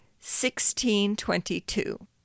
1622